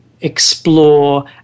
explore